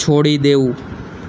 છોડી દેવું